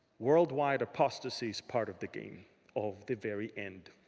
worldwide apostasy is part of the game of the very end.